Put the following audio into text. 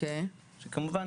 כמובן,